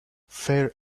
fair